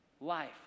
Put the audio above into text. life